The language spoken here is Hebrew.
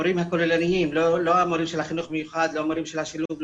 לא מורים לחינוך מיוחד או מורים של השילוב,